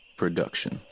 production